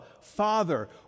father